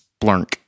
Splunk